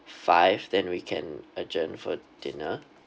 five then we can adjourn for dinner